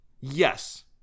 Yes